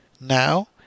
Now